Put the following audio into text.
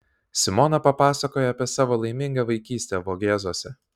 simona papasakojo apie savo laimingą vaikystę vogėzuose